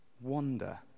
wonder